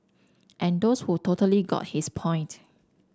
and those who totally got his point